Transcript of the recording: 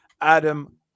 Adam